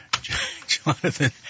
Jonathan